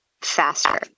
faster